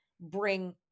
bring